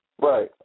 Right